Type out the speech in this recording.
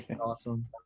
Awesome